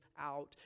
out